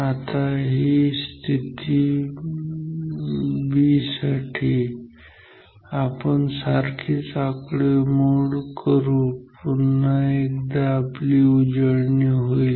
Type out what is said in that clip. आता आता स्थिती b साठी आपण सारखीच आकडेमोड करू पुन्हा एकदा आपली उजळणी होईल